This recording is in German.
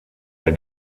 der